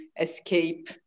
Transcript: escape